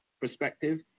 perspective